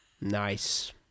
Nice